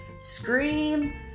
scream